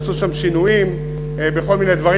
עשו שם שינויים בכל מיני דברים,